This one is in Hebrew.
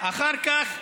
אחר כך: